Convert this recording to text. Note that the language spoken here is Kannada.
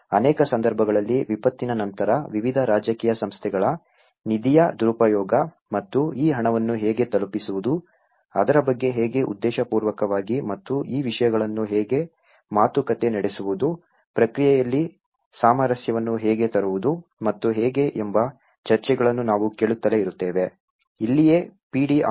ಅನೇಕ ಸಂದರ್ಭಗಳಲ್ಲಿ ವಿಪತ್ತಿನ ನಂತರ ವಿವಿಧ ರಾಜಕೀಯ ಸಂಸ್ಥೆಗಳ ನಿಧಿಯ ದುರುಪಯೋಗ ಮತ್ತು ಈ ಹಣವನ್ನು ಹೇಗೆ ತಲುಪಿಸುವುದು ಅದರ ಬಗ್ಗೆ ಹೇಗೆ ಉದ್ದೇಶಪೂರ್ವಕವಾಗಿ ಮತ್ತು ಈ ವಿಷಯಗಳನ್ನು ಹೇಗೆ ಮಾತುಕತೆ ನಡೆಸುವುದು ಪ್ರಕ್ರಿಯೆಯಲ್ಲಿ ಸಾಮರಸ್ಯವನ್ನು ಹೇಗೆ ತರುವುದು ಮತ್ತು ಹೇಗೆ ಎಂಬ ಚರ್ಚೆಗಳನ್ನು ನಾವು ಕೇಳುತ್ತಲೇ ಇರುತ್ತೇವೆ